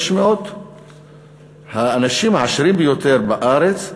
500 האנשים העשירים ביותר בארץ,